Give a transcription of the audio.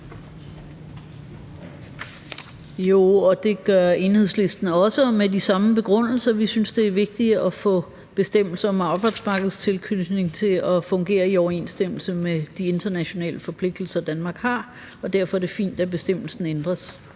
Det gør Enhedslisten også, og med de samme begrundelser. Vi synes, det er vigtigt at få bestemmelser om arbejdsmarkedstilknytning til at fungere i overensstemmelse med de internationale forpligtelser, Danmark har, og derfor er det fint, at bestemmelsen ændres.